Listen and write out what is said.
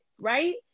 right